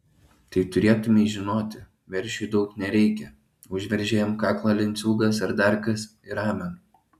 tai turėtumei žinoti veršiui daug nereikia užveržė jam kaklą lenciūgas ar dar kas ir amen